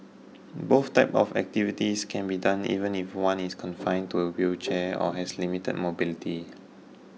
both types of activities can be done even if one is confined to a wheelchair or has limited mobility